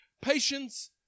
patience